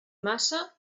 massa